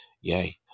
yay